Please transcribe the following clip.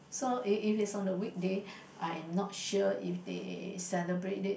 so if if is on a weekday I'm not sure they celebrate it